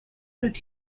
did